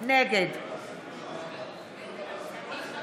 נגד מנסור